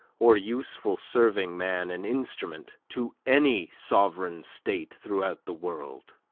or useful serving-man and instrument to any sovereign state throughout the world.